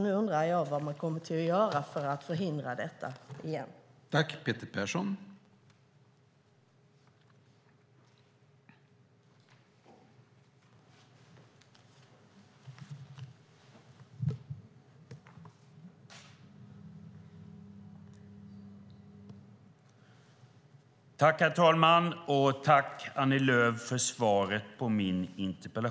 Nu undrar jag vad man kommer att göra för att förhindra att detta sker igen.